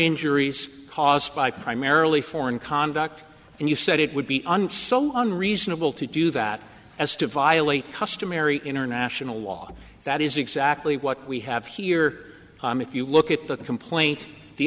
injuries caused by primarily foreign conduct and you said it would be unreasonable to do that as to violate customary international law that is exactly what we have here if you look at the complaint the